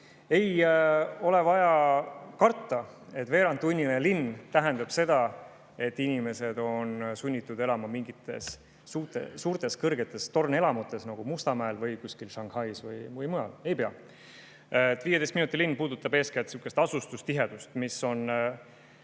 Ei ole vaja karta, et veerandtunniline linn tähendab seda, et inimesed on sunnitud elama mingites suurtes kõrgetes tornelamutes, nagu Mustamäel, kuskil Shanghais või mujal. Ei pea. 15 minuti linn puudutab eeskätt asustustihedust. Eesti